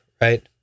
right